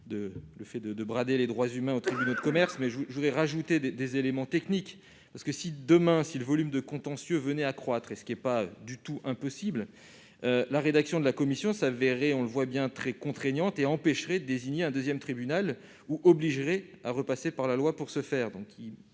de parler de « brader » les droits humains aux tribunaux de commerce. Mais je voudrais ajouter des éléments techniques. Si le volume de contentieux venait demain à croître, ce qui n'est pas du tout impossible, la rédaction de la commission se révélerait, on le voit, très contraignante. Elle empêcherait de désigner un deuxième tribunal ou nécessiterait de repasser par la loi pour ce faire.